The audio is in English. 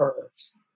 curves